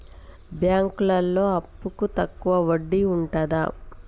బ్యాంకులలో అప్పుకు తక్కువ వడ్డీ ఉంటదా?